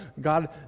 God